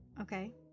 Okay